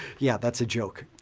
yeah, that's a joke.